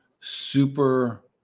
super